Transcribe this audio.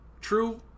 true